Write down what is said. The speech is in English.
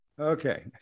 Okay